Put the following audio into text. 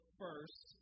first